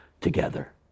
together